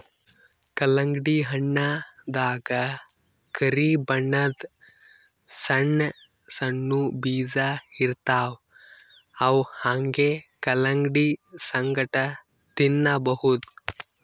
ಕಲ್ಲಂಗಡಿ ಹಣ್ಣ್ ದಾಗಾ ಕರಿ ಬಣ್ಣದ್ ಸಣ್ಣ್ ಸಣ್ಣು ಬೀಜ ಇರ್ತವ್ ಅವ್ ಹಂಗೆ ಕಲಂಗಡಿ ಸಂಗಟ ತಿನ್ನಬಹುದ್